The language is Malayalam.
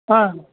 ആ